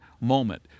moment